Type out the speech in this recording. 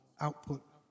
output